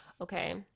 Okay